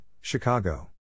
Chicago